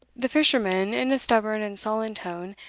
the fisherman, in a stubborn and sullen tone,